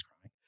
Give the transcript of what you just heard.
crying